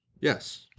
Yes